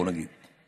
בואו נגיד,